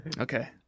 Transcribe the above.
Okay